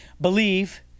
believe